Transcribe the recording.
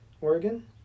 Oregon